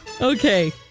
Okay